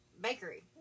bakery